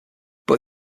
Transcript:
but